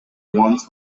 wants